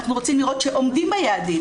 אנחנו רוצים לראות שעומדים ביעדים,